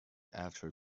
after